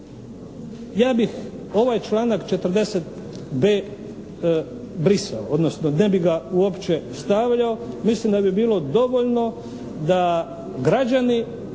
Ja bih ovaj članak 40.b brisao odnosno ne bih ga uopće stavljao. Mislim da bi bilo dovoljno da građani